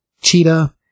Cheetah